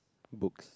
books